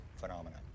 phenomena